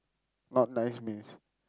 not nice means